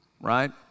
Right